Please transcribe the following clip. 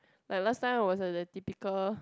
like last time I was the the typical